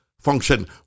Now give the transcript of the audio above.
function